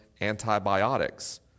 antibiotics